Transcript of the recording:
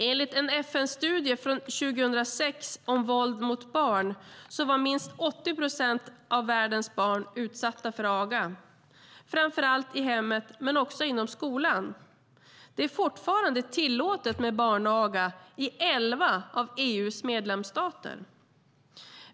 Enligt en FN-studie från 2006 om våld mot barn var minst 80 procent av världens barn utsatta för aga, framför allt i hemmet men också i skolan. Det är fortfarande tillåtet med barnaga i elva av EU:s medlemsstater.